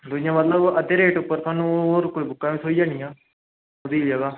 दूइया मतलब अद्धे रेटै उप्पर होर थ्होई जानियां एह्दी जगह